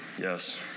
Yes